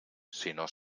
sinó